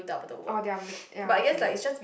oh they're make ya okay